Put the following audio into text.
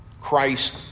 Christ